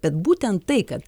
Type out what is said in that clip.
bet būtent tai kad